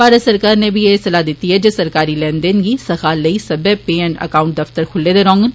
भारत सरकार नै बी एह सलाह दित्ती ऐ जे सरकारी लैन देन दी सखाल लेई सब्बै पे एण्ड अकाउंट दफ्तर खुल्ले दे रौहन